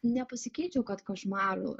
nepasakyčiau kad košmarų